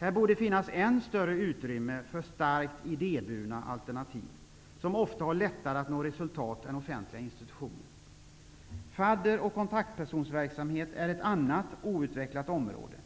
Här borde finnas än större utrymme för starkt idéburna alternativ, som ofta har lättare att nå resultat än offentliga institutioner. Fadder och kontaktpersonsverksamhet är ett annat outvecklat område.